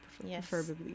Preferably